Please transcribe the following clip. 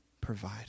provide